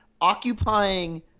occupying